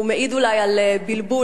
הוא מעיד אולי על בלבול,